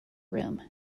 room